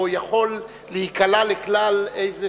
או יכול להיקלע לכלל איזה